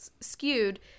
skewed